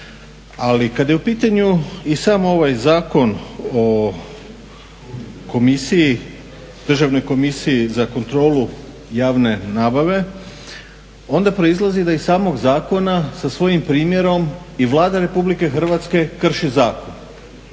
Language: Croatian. Ali kada je u pitanju i sam ovaj Zakon o komisiji, Državnoj komisiji za kontrolu javne nabave, onda proizlazi da iz samog zakona sa svojim primjerom i Vlada Republike Hrvatske krši zakon.